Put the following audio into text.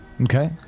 Okay